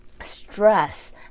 stress